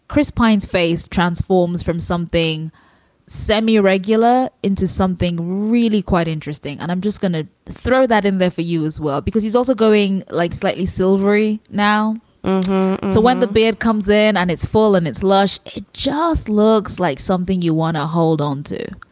chris pyne's face transforms from something semi-regular into something really quite interesting. and i'm just going to throw that in there for you as well, because he's also going like slightly silvery now so when the beard comes in and it's fallen, it's lush, it just looks like something you want to hold on to.